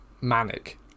manic